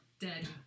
dead